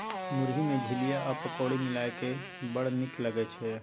मुरही मे झिलिया आ पकौड़ी मिलाकए बड़ नीक लागय छै